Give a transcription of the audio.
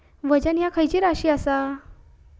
वजन ह्या खैची राशी असा?